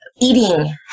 eating